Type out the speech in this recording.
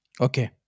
Okay